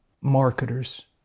marketers